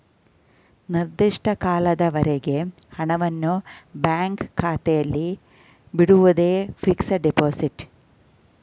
ನಿರ್ದಿಷ್ಟ ಕಾಲದವರೆಗೆ ಹಣವನ್ನು ಬ್ಯಾಂಕ್ ಖಾತೆಯಲ್ಲಿ ಬಿಡುವುದೇ ಫಿಕ್ಸಡ್ ಡೆಪೋಸಿಟ್